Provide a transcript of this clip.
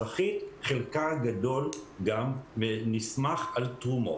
חלקה הגדול של החברה האזרחית נסמך על גם על תרומות.